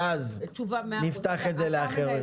ואז נפתח את זה לאחרים.